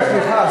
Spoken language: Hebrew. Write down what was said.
סליחה.